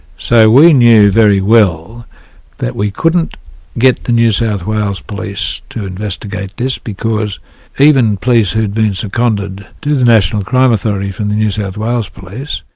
so we knew very well that we couldn't get the new south wales police to investigate this because even police who'd been seconded to the national crime authority from the new south wales police,